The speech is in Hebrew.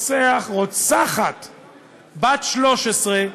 רוצחת בת 13,